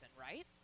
right